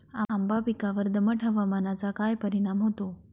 आंबा पिकावर दमट हवामानाचा काय परिणाम होतो?